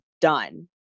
done